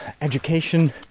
education